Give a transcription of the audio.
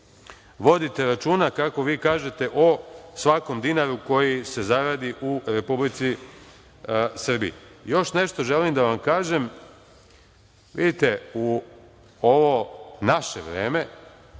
vodite računa, kako vi kažete, o svakom dinaru koji se zaradi u Republici Srbiji. Još nešto želim da vam kažem. Vidite, u ovo naše vreme,